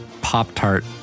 Pop-Tart